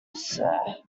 sir